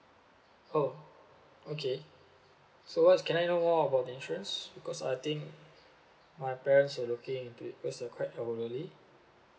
oh okay so what's can I know more about the insurance because I think my parents were looking into it because they are quite elderly